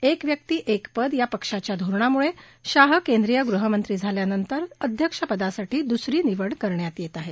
एक व्यक्ती एक पद या पक्षाच्या धोरणामुळे शाह केंद्रीय गृहमंत्री झाल्यानंतर अध्यक्षपदासाठी दुसरी निवड करण्यात येत आहे